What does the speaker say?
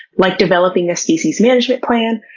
like developing a species management plan,